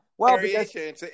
variation